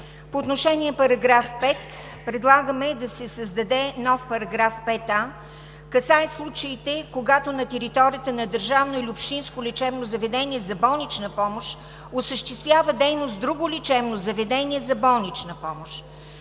По отношение на § 5 предлагаме да се създаде нов § 5а, касаещ случаите, когато на територията на държавно или общинско лечебно заведение за болнична помощ осъществява дейност друго лечебно заведение за болнична помощ.